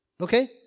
Okay